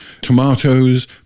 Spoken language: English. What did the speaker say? tomatoes